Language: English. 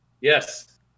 Yes